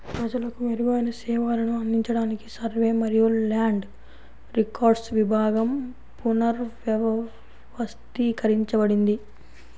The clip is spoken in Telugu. ప్రజలకు మెరుగైన సేవలను అందించడానికి సర్వే మరియు ల్యాండ్ రికార్డ్స్ విభాగం పునర్వ్యవస్థీకరించబడింది